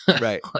Right